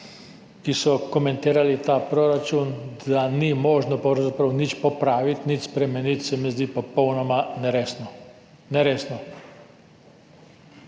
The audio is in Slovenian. ki so komentirali ta proračun, ni možno pravzaprav nič popraviti, nič spremeniti, se mi zdi popolnoma neresno. Neresno.